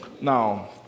Now